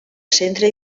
centre